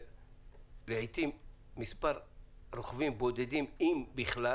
לעתים מספר רוכבים בודדים, אם בכלל